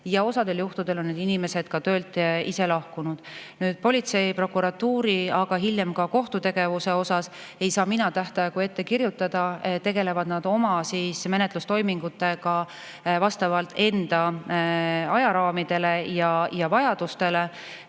Osal juhtudel on need inimesed töölt ise lahkunud. Nüüd, politsei ja prokuratuuri, hiljem ka kohtu tegevuse osas ei saa mina tähtaegu ette kirjutada. Nad tegelevad oma menetlustoimingutega vastavalt enda ajaraamidele ja vajadustele.